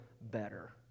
better